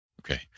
Okay